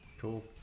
Cool